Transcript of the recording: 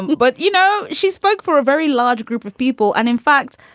but, you know, she spoke for a very large group of people and in fact,